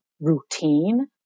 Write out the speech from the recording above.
routine